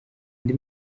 andi